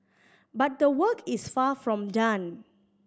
but the work is far from done